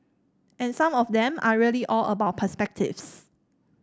and some of them are really all about perspectives